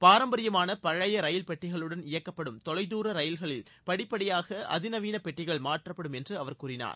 பாரம்பரியமான பழைய ரயில் பெட்டிகளுடன் இயக்கப்படும் தொலைதூர ரயில்களில் படிப்படியாக அதி நவீன பெட்டிகள் மாற்றப்படும் என்று அவர் கூறினார்